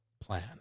plan